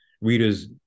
readers